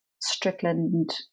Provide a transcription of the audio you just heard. Strickland